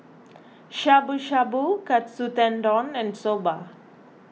Shabu Shabu Katsu Tendon and Soba